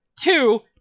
Two